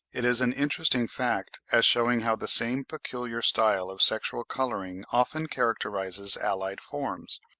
it is an interesting fact, as shewing how the same peculiar style of sexual colouring often characterises allied forms,